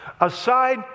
aside